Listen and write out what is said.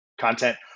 content